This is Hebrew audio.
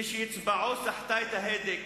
כשאצבעו סחטה את ההדק